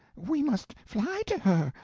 we must fly to her.